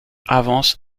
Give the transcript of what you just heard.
avance